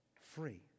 free